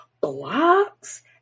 blocks